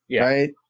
right